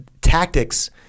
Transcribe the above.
tactics